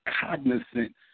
cognizant